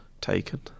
Taken